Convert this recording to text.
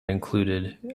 included